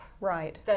Right